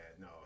No